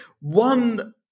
one